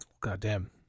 Goddamn